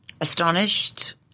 astonished